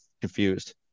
confused